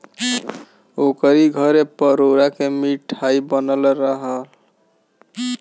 ओकरी घरे परोरा के मिठाई बनल रहल हअ